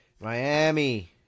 Miami